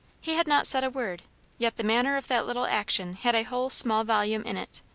he had not said a word yet the manner of that little action had a whole small volume in it.